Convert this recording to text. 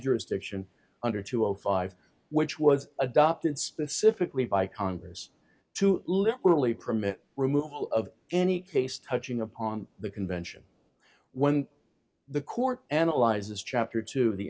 jurisdiction under two o five which was adopted specifically by congress to literally permit removal of any case touching upon the convention when the court analyzes chapter two the